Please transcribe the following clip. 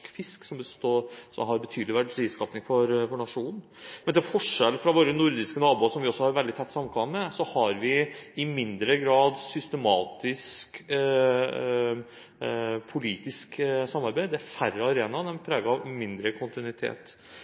fisk, som har betydelig verdiskaping for nasjonen. Men til forskjell fra våre nordiske naboer, som vi også har et veldig godt samkvem med, har vi i mindre grad systematisk politisk samarbeid. Det er min oppfatning at det er færre arenaer, og at de er preget av mindre kontinuitet.